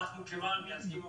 אנחנו במען מייצגים עובדים,